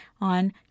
on